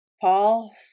Paul